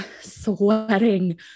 sweating